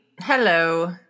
Hello